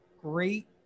great